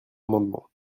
amendement